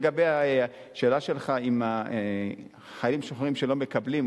לגבי השאלה שלך על החיילים המשוחררים שלא מקבלים,